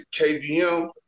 KVM